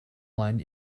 ymlaen